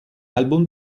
album